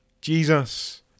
Jesus